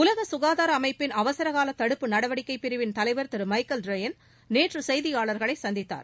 உலக சுகாதார அமைப்பின் அவசரகால தடுப்பு நடவடிக்கை பிரிவின் தலைவர் திரு மைகல் ரேயன் நேற்று செய்தியாளர்களை சந்தித்தார்